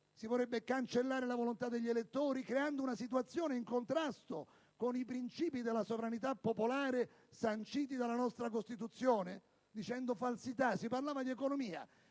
Si vorrebbe cancellare la volontà degli elettori, creando una situazione in contrasto con i principi della sovranità popolare sanciti dalla nostra Costituzione, dicendo falsità. Si è parlato di economia